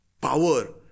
power